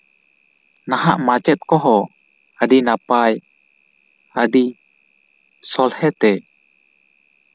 ᱱᱟᱦᱟᱜ ᱢᱟᱪᱮᱫ ᱠᱚᱦᱚᱸ ᱟᱹᱰᱤ ᱱᱟᱯᱟᱭ ᱟᱹᱰᱤ ᱥᱚᱦᱞᱮ ᱛᱮ